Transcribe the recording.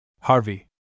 Harvey